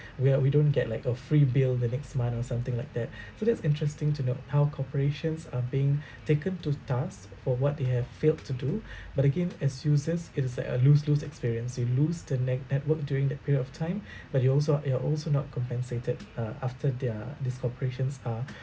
where we don't get like a free bill the next month or something like that so that's interesting to know how corporations are being taken to task for what they have failed to do but again as uses it is like a lose-lose experience you lose the net network during that period of time but you also you are also not compensated uh after their these corporations are